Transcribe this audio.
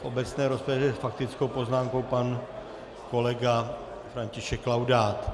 V obecné rozpravě s faktickou poznámkou pan kolega František Laudát.